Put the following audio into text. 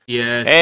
Yes